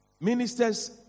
Ministers